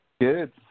Good